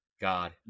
god